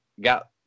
got